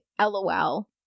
lol